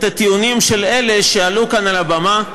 הטיעונים של אלה שעלו כאן על הבמה ואמרו: